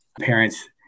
parents